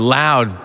loud